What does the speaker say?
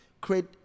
create